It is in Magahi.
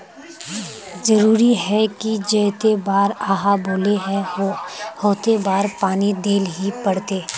जरूरी है की जयते बार आहाँ बोले है होते बार पानी देल ही पड़ते?